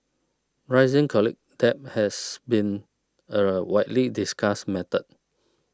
rising college debt has been a widely discussed matter